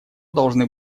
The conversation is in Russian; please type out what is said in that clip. должны